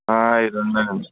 ఈ రెండేనండి